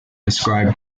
describe